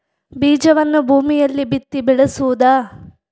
ಬೀಜವನ್ನು ಭೂಮಿಯಲ್ಲಿ ಬಿತ್ತಿ ಬೆಳೆಸುವುದಾ?